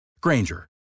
Granger